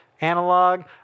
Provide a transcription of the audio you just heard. analog